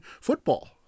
football